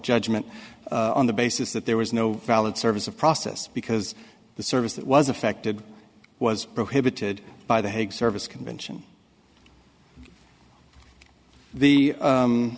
judgment on the basis that there was no valid service of process because the service that was affected was prohibited by the hague service convention the